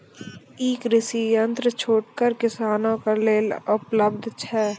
ई कृषि यंत्र छोटगर किसानक लेल उपलव्ध छै?